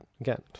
Again